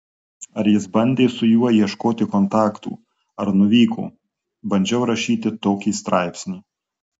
ar jis bandė su juo ieškoti kontaktų ar nuvyko bandžiau rašyti tokį straipsnį